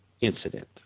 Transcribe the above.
incident